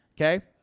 Okay